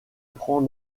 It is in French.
prend